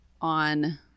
on